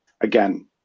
Again